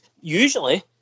usually